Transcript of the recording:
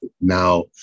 now